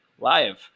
live